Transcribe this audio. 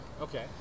Okay